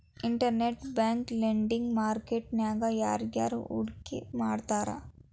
Internet bank lending market ನ್ಯಾಗ ಯಾರ್ಯಾರ್ ಹೂಡ್ಕಿ ಮಾಡ್ತಾರ?